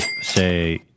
say